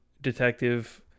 detective